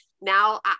now